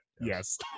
Yes